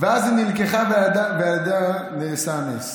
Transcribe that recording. ואז היא נלקחה, ובידיה נעשה נס.